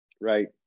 Right